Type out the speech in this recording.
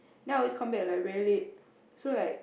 then I always come back like very late so like